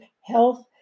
health